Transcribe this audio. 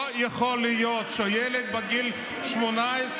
לא יכול להיות שילד בגיל 18,